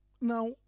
now